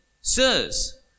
Sirs